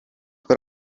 per